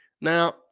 now